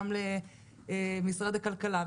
גם למשרד הכלכלה,